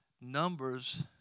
numbers